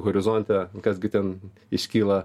horizonte kas gi ten iškyla